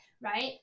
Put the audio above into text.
right